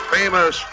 famous